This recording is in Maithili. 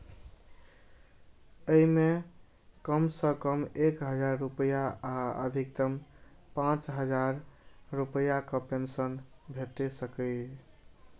अय मे कम सं कम एक हजार रुपैया आ अधिकतम पांच हजार रुपैयाक पेंशन भेटि सकैए